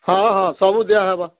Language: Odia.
ହଁ ହଁ ସବୁ ଦିଆହେବା